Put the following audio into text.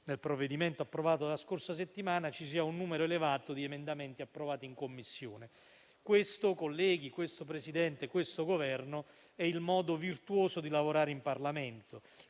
nel provvedimento approvato la scorsa settimana, ci sia un numero elevato di emendamenti approvati in Commissione. Questo, Presidente, colleghi e Governo, è il modo virtuoso di lavorare in Parlamento.